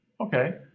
Okay